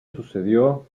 sucedió